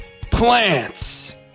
Plants